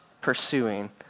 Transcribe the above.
pursuing